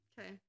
okay